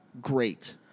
great